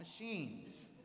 machines